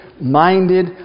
minded